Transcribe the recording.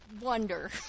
wonder